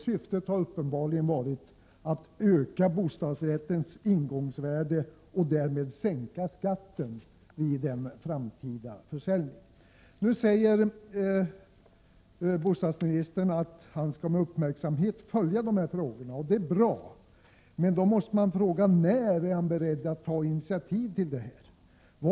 Syftet har uppenbarligen varit att öka bostadsrättens ingångsvärde och att därmed sänka skatten vid en framtida försäljning. Bostadsministern säger nu att han skall följa dessa frågor med uppmärksamhet. Det är bra. Man måste då emellertid fråga när han är beredd att ta initiativ till det här.